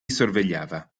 sorvegliava